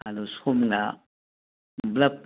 ꯑꯗꯨ ꯁꯣꯝꯅ ꯕ꯭ꯂꯕ